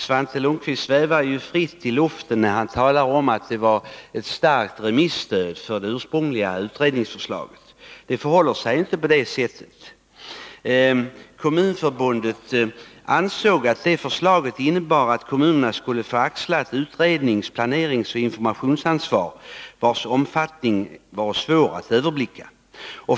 Svante Lundkvist svävar ju fritt i luften när han talar om att det var ett starkt remisstöd för det ursprungliga utredningsförslaget. Det förhåller sig inte på det sättet. Kommunförbundet ansåg att det förslaget innebar att kommunerna skulle få axla ett utrednings-, planeringsoch informationsansvar, vars omfattning var svår att överblicka.